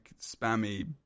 spammy